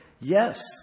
yes